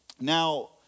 now